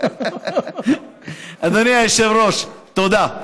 אדוני היושב-ראש, תודה.